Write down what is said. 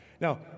Now